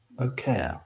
okay